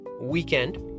weekend